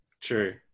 true